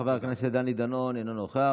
חבר הכנסת דני דנון, אינו נוכח.